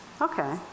Okay